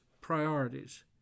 priorities